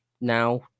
now